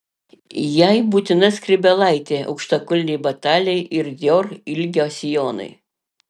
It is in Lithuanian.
jai būtina skrybėlaitė aukštakulniai bateliai ir dior ilgio sijonai